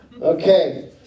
Okay